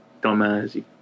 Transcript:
dumbass